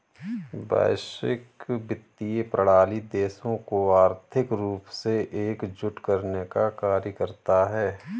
वैश्विक वित्तीय प्रणाली देशों को आर्थिक रूप से एकजुट करने का कार्य करता है